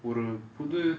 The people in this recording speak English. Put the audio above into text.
ஒரு புது:oru puthu